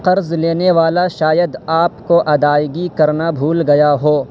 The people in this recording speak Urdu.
قرض لینے والا شاید آپ کو ادائیگی کرنا بھول گیا ہو